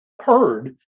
heard